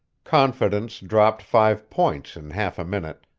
confidence dropped five points in half a minute,